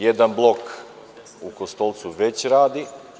Jedan blok u „Kostolcu“ već radi.